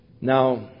Now